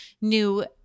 new